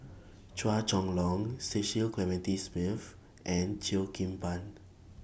Chua Chong Long Cecil Clementi Smith and Cheo Kim Ban